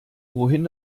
wohin